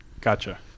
Gotcha